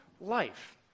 life